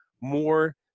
more